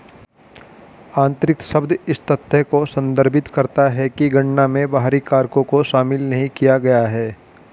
आंतरिक शब्द इस तथ्य को संदर्भित करता है कि गणना में बाहरी कारकों को शामिल नहीं किया गया है